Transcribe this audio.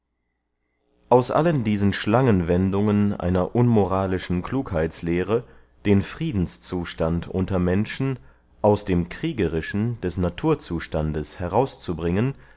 aus allen diesen schlangenwendungen einer unmoralischen klugheitslehre den friedenszustand unter menschen aus dem kriegerischen des naturzustandes herauszubringen